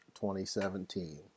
2017